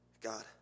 God